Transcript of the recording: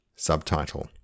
Subtitle